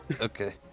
okay